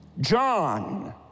John